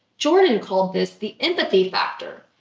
jordan called this the empathy factor.